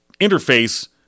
interface